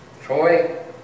Troy